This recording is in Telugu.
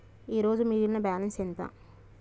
ఈరోజు మిగిలిన బ్యాలెన్స్ ఎంత?